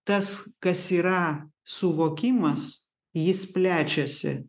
tas kas yra suvokimas jis plečiasi